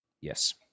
Yes